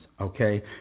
Okay